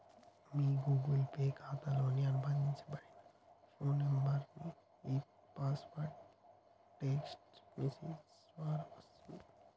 మీ Google Pay ఖాతాతో అనుబంధించబడిన phone నంబర్కు ఈ పాస్వర్డ్ టెక్ట్స్ మెసేజ్ ద్వారా వస్తది